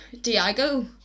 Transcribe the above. Diego